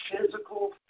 physical